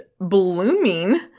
blooming